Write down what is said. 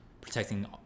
protecting